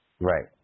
Right